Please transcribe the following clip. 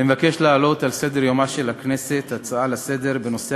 אני מבקש להעלות על סדר-יומה של הכנסת הצעה לסדר-היום בנושא